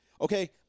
okay